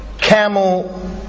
Camel